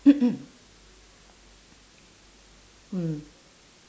mm